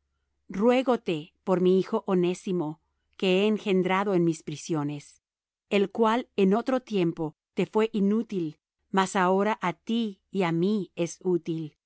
jesucristo ruégote por mi hijo onésimo que he engendrado en mis prisiones el cual en otro tiempo te fué inútil mas ahora á ti y á mí es útil